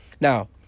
Now